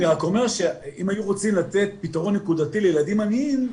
אני רק אומר שאם היו רוצים לתת פתרון נקודתי לילדים עניים,